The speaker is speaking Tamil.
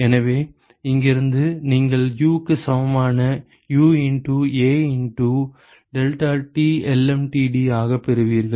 எனவே இங்கிருந்து நீங்கள் Uக்கு சமமான U into A into deltaTlmtd ஆகப் பெறுவீர்கள்